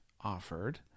offered